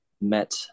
met